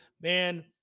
Man